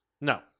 No